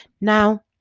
Now